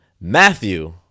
Matthew